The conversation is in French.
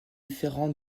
différentes